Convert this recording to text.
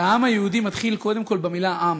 והעם היהודי מתחיל קודם כול במילה "עם",